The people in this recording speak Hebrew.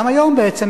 גם היום בעצם,